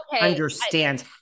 understand